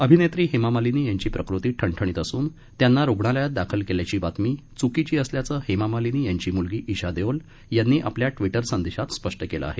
अभिनेत्री हेमामालिनी यांची प्रकृती ठणठणीत असून त्यांना रुग्णालयात दाखल केल्याची बातमी च्कीची असल्याचं हेमामालिनी यांची म्लगी इशा देओल यांनी आपल्या ट्वीटर संदेशात स्पष्ट केलं आहे